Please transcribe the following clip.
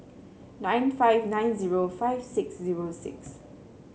nine five nine zero five six zero six